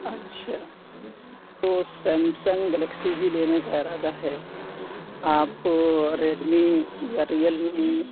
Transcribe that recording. اچھا تو Samsung Galaxy ہی لینے کا ارادہ ہے آپ ریڈ می یا ریئل می